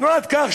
תנועת "כך",